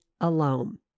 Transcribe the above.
alone